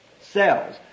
cells